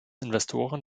investoren